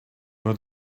but